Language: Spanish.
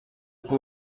pudo